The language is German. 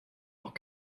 auch